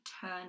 turn